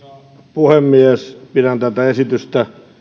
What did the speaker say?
puhemies pidän tätä esitystä